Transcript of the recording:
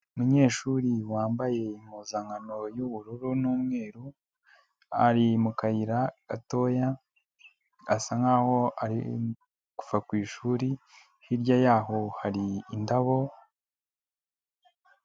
Umunyeshuri wambaye impuzankano y'ubururu n'umweru, ari mu kayira gatoya, asa nkaho ari kuva ku ishuri, hirya yaaho hari indabo.